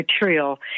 material